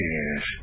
Yes